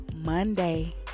Monday